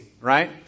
right